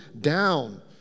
down